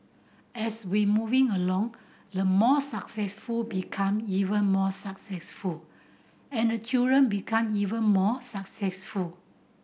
as we moving along the more successful become even more successful and the children become even more successful